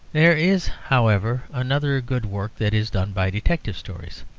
there is, however, another good work that is done by detective stories.